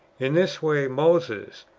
in this way, moses,